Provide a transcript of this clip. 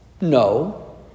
no